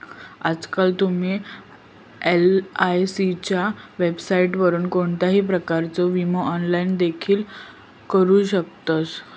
आजकाल तुम्ही एलआयसीच्या वेबसाइटवरून कोणत्याही प्रकारचो विमो ऑनलाइन देखील करू शकतास